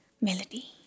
melody